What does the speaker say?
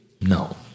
No